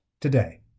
today